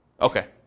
Okay